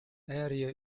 area